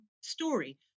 story